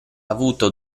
avuto